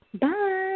Bye